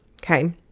okay